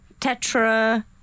Tetra